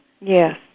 Yes